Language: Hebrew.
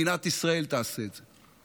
מדינת ישראל תעשה את זה.